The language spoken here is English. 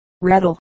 rattle